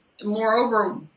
moreover